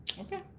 okay